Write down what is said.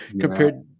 compared